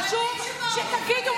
אלה חרדים שבאו להתגייס.